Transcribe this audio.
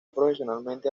profesionalmente